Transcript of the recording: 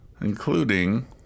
Including